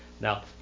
Now